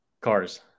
Cars